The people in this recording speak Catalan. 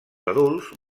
adults